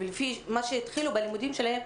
ומה שהם התחילו בלימודים שלהם,